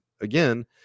again